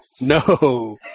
No